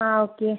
ആ ഓക്കെ